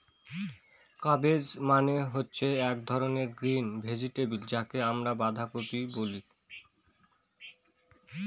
cabbage মানে হচ্ছে এক ধরনের গ্রিন ভেজিটেবল যাকে আমরা বাঁধাকপি বলে